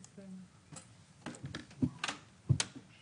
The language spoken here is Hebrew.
בוקר טוב.